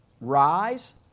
rise